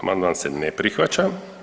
Amandman se ne prihvaća.